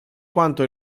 quanto